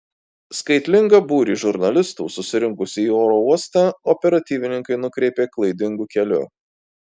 skaitlingą būrį žurnalistų susirinkusių į oro uostą operatyvininkai nukreipė klaidingu keliu